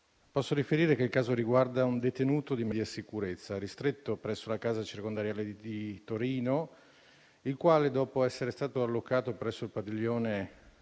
posso riferire che il caso riguarda un detenuto di media sicurezza ristretto presso la casa circondariale di Torino il quale, dopo essere stato allocato presso il padiglione